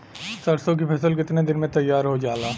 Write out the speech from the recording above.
सरसों की फसल कितने दिन में तैयार हो जाला?